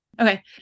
Okay